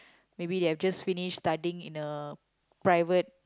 maybe they have just finish studying in a private